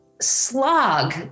slog